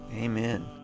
Amen